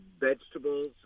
Vegetables